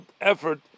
effort